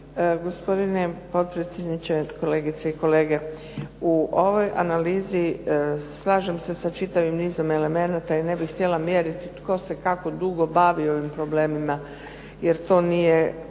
gospodine potpredsjedniče, kolegice i kolege. U ovoj analizi slažem se sa čitavim nizom elemenata i ne bih htjela mjeriti tko se kako dugo bavio ovim problemima, jer to ne